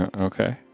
Okay